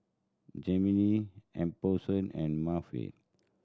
Jaimie Alphonso and Marva